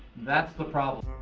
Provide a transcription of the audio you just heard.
that's the problem.